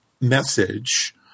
message